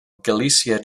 galicia